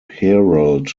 herald